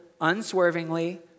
unswervingly